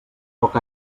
poc